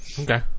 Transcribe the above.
Okay